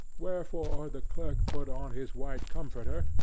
wherefore the clerk put on his white comforter,